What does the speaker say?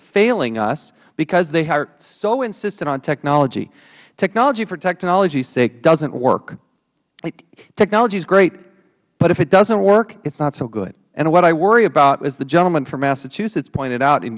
failing us because they are so insistent on technology technology for technology sake doesn't work technology is great but if it doesn't work it is not so good and what i worry about as the gentleman from massachusetts pointed out i